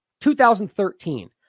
2013